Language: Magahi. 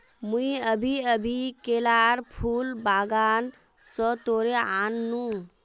मुई अभी अभी केलार फूल बागान स तोड़े आन नु